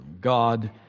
God